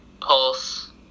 Pulse